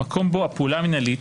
מקום בו הפעולה המנהלית